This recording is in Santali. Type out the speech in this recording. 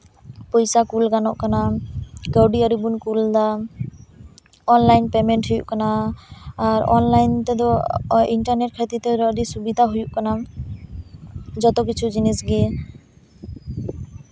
ᱯᱚᱭᱥᱟ ᱠᱩᱞ ᱜᱟᱱᱚᱜ ᱠᱟᱱᱟ ᱠᱟᱹᱣᱰᱤ ᱟᱹᱨᱤ ᱵᱚᱱ ᱠᱩᱞ ᱮᱫᱟ ᱚᱱᱞᱟᱭᱤᱱ ᱯᱮᱢᱮᱱᱴ ᱦᱩᱭᱩᱜ ᱠᱟᱱᱟ ᱟᱨ ᱚᱱᱞᱟᱭᱤᱱ ᱛᱮᱫᱚ ᱤᱱᱴᱟᱨᱱᱮᱴ ᱠᱟᱹᱛᱤᱨ ᱛᱮᱫᱚ ᱟᱹᱰᱤ ᱥᱩᱵᱤᱛᱟ ᱦᱩᱭᱩᱜ ᱠᱟᱱᱟ ᱡᱚᱛᱚ ᱠᱤᱪᱷᱩ ᱡᱤᱱᱤᱥ ᱜᱮ